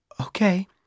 Okay